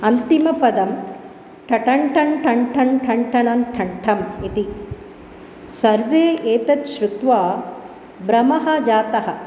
अन्तिमपदं ठ ठन् ठन् ठन्ठन्ठन् ठनन् ठन् ठम् इति सर्वे एतद् श्रुत्वा भ्रमः जातः